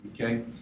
okay